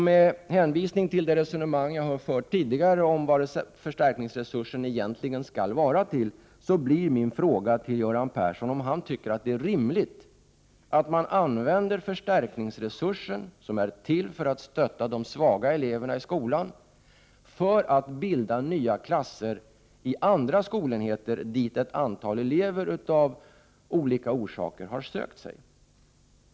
Med hänvisning till det resonemang jag tidigare har fört om vad förstärkningsresursen egentligen skall användas till, blir min fråga till Göran Persson, om han tycker att det är rimligt att förstärkningsresursen, som är till för att stötta de svaga eleverna i skolan, används för att bilda nya klasser i andra skolenheter, dit ett antal elever av olika orsaker har sökt sig.